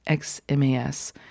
xmas